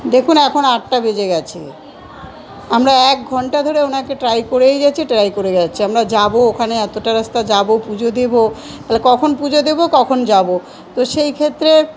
দেখুন এখন আটটা বেজে গেছে আমরা এক ঘন্টা ধরে ওনাকে ট্রাই করেই যাচ্ছি ট্রাই করে গেছি আমরা যাবো ওখানে এতটা রাস্তা যাব পুজো দেবো তাহলে কখন পুজো দেবো কখন যাবো তো সেই ক্ষেত্রে